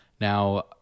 Now